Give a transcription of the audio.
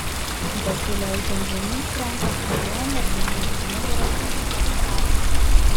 besileidžiant žemyn frenkas stovėjo merginai už nugaros atsipalaidavęs